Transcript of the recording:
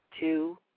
Two